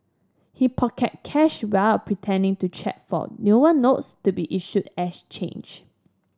he pocketed cash while pretending to check for newer notes to be issued as change